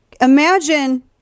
Imagine